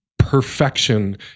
perfection